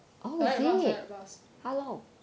direct bus direct bus